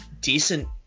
decent